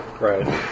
Right